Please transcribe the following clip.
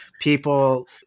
People